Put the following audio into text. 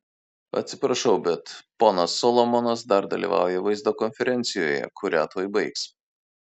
atsiprašau bet ponas solomonas dar dalyvauja vaizdo konferencijoje kurią tuoj baigs